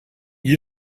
you